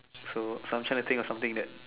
so so I'm trying to think of something that